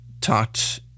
talked